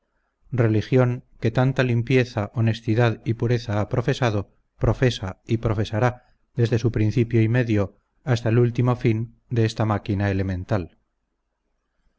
religión que tanta limpieza honestidad y pureza ha profesado profesa y profesará desde su principio y medio hasta el último fin de esta máquina elemental